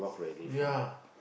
ya